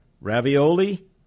Ravioli